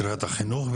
קריית החינוך,